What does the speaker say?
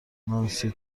نانسی